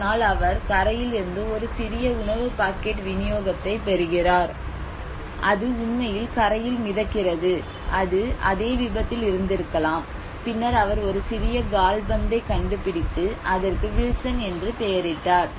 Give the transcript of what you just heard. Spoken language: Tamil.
ஒரு நாள் அவர் கரையில் இருந்து ஒரு சிறிய உணவு பாக்கெட் விநியோகத்தைப் பெறுகிறார் அது உண்மையில் கரையில் மிதக்கிறது அது அதே விபத்தில் இருந்திருக்கலாம் பின்னர் அவர் ஒரு சிறிய கால்பந்தைக் கண்டுபிடித்து அதற்கு வில்சன் என்று பெயரிட்டார்